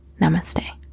Namaste